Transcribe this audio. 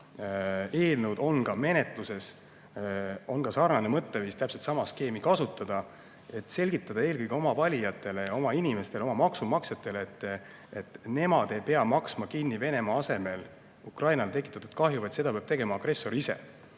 eelnõud on menetluses, on ka mõte täpselt sama skeemi kasutada, et selgitada eelkõige oma valijatele, oma inimestele, oma maksumaksjatele, et nemad ei pea Venemaa asemel maksma Ukrainale tekitatud kahju, seda peab tegema agressor ise.